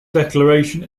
declaration